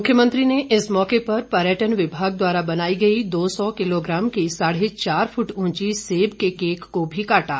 मुख्यमंत्री ने इस मौके पर पर्यटन विभाग द्वारा बनाई गई दो सौ किलोग्राम की साढे चार फुट ऊंची सेब के केक को भी काटा